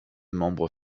membres